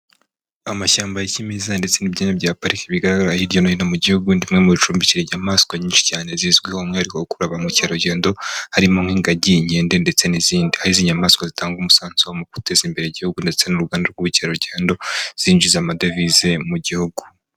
Amashyamba ya kimeza, ndetse n'ibyanya bya pariki bigaragara hirya no hino mu gihugu, ni bimwe mu bicumbikira inyamaswa nyinshi cyane, zizwiho umwihariko wo gukurura ba mukerarugendo, harimo nk'ingagi, inkende ndetse n'izindi, aho izi nyamaswa zitanga umusanzuro mu guteza imbere igihugu, ndetse n'uruganda rw'ubukerarugendo, zinjiza amadovize mu gihugu.